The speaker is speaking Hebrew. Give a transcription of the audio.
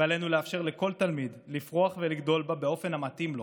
ועלינו לאפשר לכל תלמיד לפרוח ולגדול בה באופן המתאים לו.